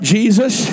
Jesus